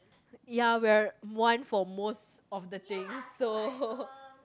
ya we're one for most of the things so